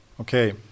okay